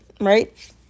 right